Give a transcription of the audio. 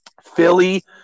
Philly